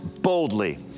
boldly